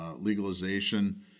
legalization